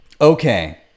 Okay